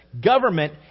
government